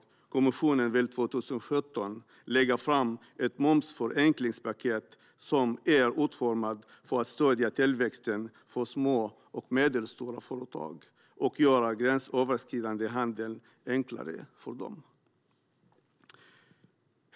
Kommissionen vill 2017 lägga fram ett momsförenklingspaket som är utformat för att stödja tillväxten för små och medelstora företag och göra gränsöverskridande handel enklare för dem.